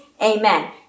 Amen